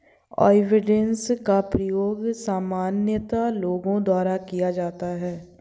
avoidance का प्रयोग सामान्यतः लोगों द्वारा किया जाता है